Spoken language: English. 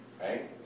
right